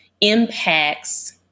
impacts